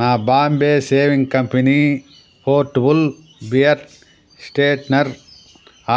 నా Bombay shaving company portable beard straightener